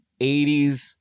80s